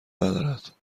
ندارد